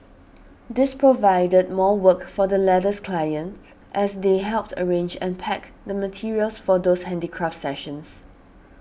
this provided more work for the latter's clients as they helped arrange and pack the materials for those handicraft sessions